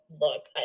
look